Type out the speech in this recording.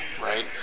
Right